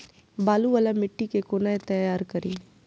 बालू वाला मिट्टी के कोना तैयार करी?